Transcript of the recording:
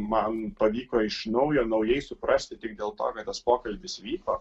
man pavyko iš naujo naujai suprasti tik dėl to kad tas pokalbis vyko